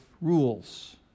rules